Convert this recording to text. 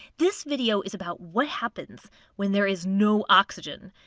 this video is about what happens when there is no oxygen.